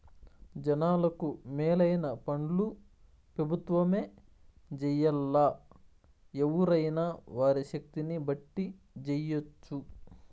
జనాలకు మేలైన పన్లు పెబుత్వమే జెయ్యాల్లా, ఎవ్వురైనా వారి శక్తిని బట్టి జెయ్యెచ్చు